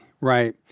right